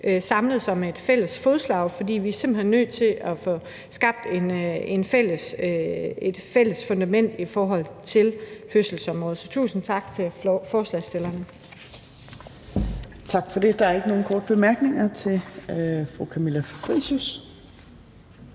samles om et fælles fodslag. For vi er simpelt hen nødt til at få skabt et fælles fundament i forhold til fødselsområdet. Så tusind tak til forslagsstillerne.